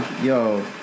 yo